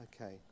Okay